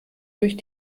durch